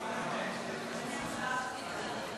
37 תומכים.